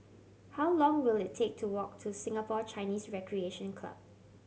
how long will it take to walk to Singapore Chinese Recreation Club